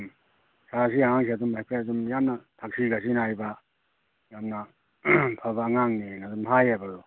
ꯎꯝ ꯁꯥꯔ ꯁꯤ ꯑꯉꯥꯡꯁꯤ ꯑꯗꯨꯝ ꯍꯥꯏꯐꯦꯠ ꯑꯗꯨꯝ ꯌꯥꯝꯅ ꯊꯛꯁꯤ ꯈꯥꯁꯤ ꯅꯥꯏꯕ ꯌꯥꯝꯅ ꯐꯕ ꯑꯉꯥꯡꯅꯦꯅ ꯑꯗꯨꯝ ꯍꯥꯏꯌꯦꯕ